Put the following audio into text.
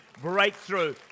breakthrough